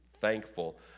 thankful